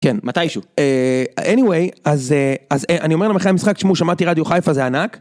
כן, מתישהו, anyway, אז אני אומר להם אחרי המשחק תשמעו, שמעתי רדיו חיפה זה ענק